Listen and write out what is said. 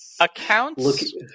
Accounts